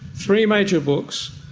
three major books,